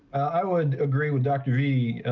i would agree with dr. vitti.